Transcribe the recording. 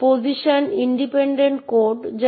control নীতিগুলিতে Unix বা LINUX ধরনের সিস্টেমে প্রয়োগ করা হয় এবং discretionary access control policy mechanism থাকার প্রধান ত্রুটি কী তাও দেখব